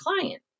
client